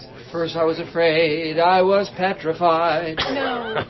first i was afraid, i was petrified no